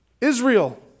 Israel